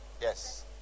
Yes